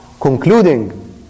Concluding